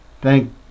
thank